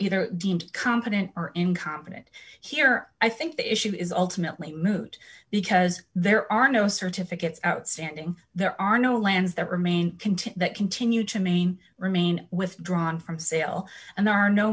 either deemed competent or incompetent here i think the issue is ultimately moot because there are no certificates outstanding there are no lands that remain content that continue to maine remain withdrawn from sale and there are no